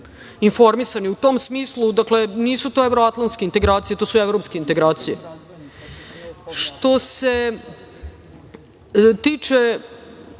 informisani u tom smislu nisu to evroatlanske integracije, to su evropske integracije. Pošto ste